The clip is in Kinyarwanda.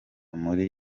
muri